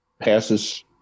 passes